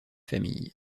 famille